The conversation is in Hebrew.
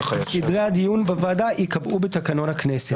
סדרי הדיון בוועדה ייקבעו בתקנון הכנסת.